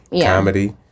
Comedy